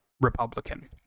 Republican